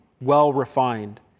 well-refined